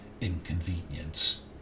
inconvenience